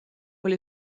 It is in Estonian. oli